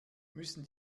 müssen